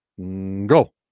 Go